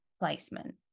placement